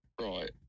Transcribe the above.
Right